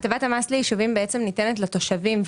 הטבת המס ליישובים ניתנת בעצם לתושבים,